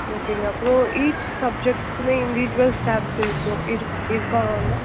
ஓகேங்க அப்புறோம் ஈச் சப்ஜெக்ட்ஸ்க்குமே இன்டீவியூசுவல் ஸ்டாப்ஸ் இருக்கும் இருக்கா மேம் அங்கே